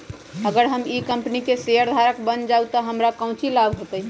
अगर हम ई कंपनी के शेयरधारक बन जाऊ तो हमरा काउची लाभ हो तय?